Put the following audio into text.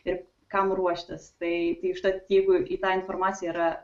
ir kam ruoštis tai užtat jeigu ta informacija yra